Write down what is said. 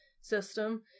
system